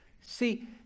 See